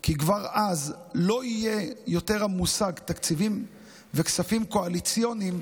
כי אז כבר לא יהיה יותר המושג "תקציבים וכספים קואליציוניים",